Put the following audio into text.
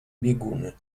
bieguny